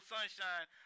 Sunshine